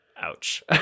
Ouch